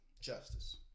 justice